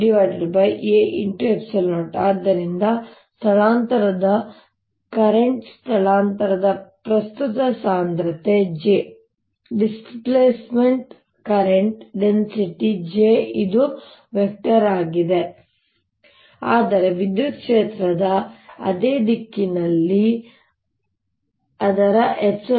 ε0 ಆದ್ದರಿಂದ ಸ್ಥಳಾಂತರದ ಪ್ರಸ್ತುತ ಸ್ಥಳಾಂತರದ ಕರೆಂಟ್ ಸಾಂದ್ರತೆ j displacement current density j ಇದು ವೆಕ್ಟರ್ ಆಗಿದೆ ಆದರೆ ವಿದ್ಯುತ್ ಕ್ಷೇತ್ರದ ಅದೇ ದಿಕ್ಕಿನಲ್ಲಿ ಅದರ ε0